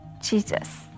Jesus